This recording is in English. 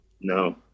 No